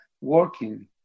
working